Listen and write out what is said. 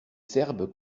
serbes